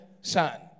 son